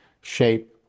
shape